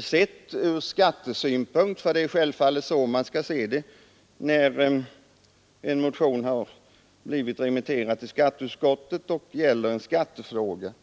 sett från skattesynpunkt? Det är självfallet från den utgångspunkten frågan i första hand bör ställas i vad gäller en motion av den här arten.